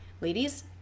ladies